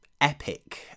epic